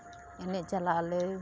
ᱮᱱᱮᱡ ᱪᱟᱞᱟᱜ ᱟᱞᱮ